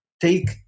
take